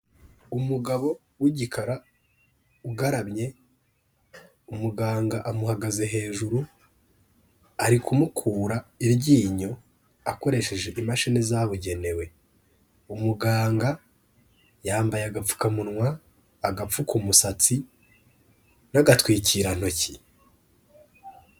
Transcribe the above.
Umugabo w'igikara, ugaramye, umuganga amuhagaze hejuru, ari kumukura iryinyo akoresheje imashini zabugenewe. Umuganga yambaye agapfukamunwa, agapfuka umusatsi n'agatwikirantoki.